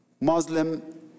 Muslim